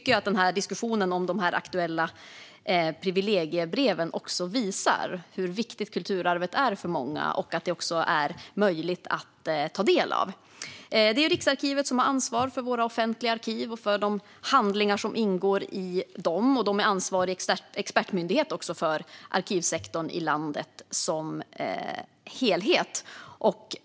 Diskussionen om de aktuella privilegiebreven visar också hur viktigt kulturarvet är för många och hur viktigt det också är att det är möjligt att ta del av. Det är Riksarkivet som har ansvar för våra offentliga arkiv och för de handlingar som ingår i dem. De är också ansvarig expertmyndighet för arkivsektorn i landet som helhet.